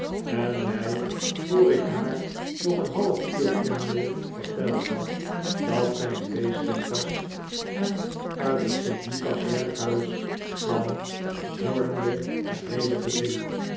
en mij yoor ik haar nog een half uur kende verteld had dat zij een weeskind was en uit het st lucaswerkhuis kwam vormde het heele gezin